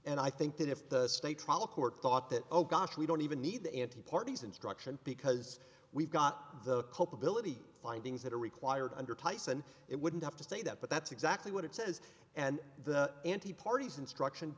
and i think that if the state trial court thought that oh gosh we don't even need the anti parties instruction because we've got the culpability findings that are required under tyson it wouldn't have to say that but that's exactly what it says and the ante parties instruction